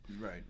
Right